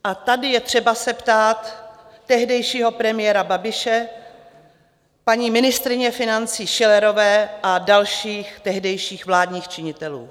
A tady je třeba se ptát tehdejšího premiéra Babiše, paní ministryně financí Schillerové a dalších tehdejších vládních činitelů: